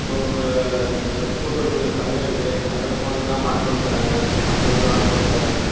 சு கூட்டுறவு சங்கம் இருக்குது அதில் போனோம்னா மாட்டு லோனு தர்றாங்க மாட்டு லோனு ஆட்டு லோன் தர்றாங்க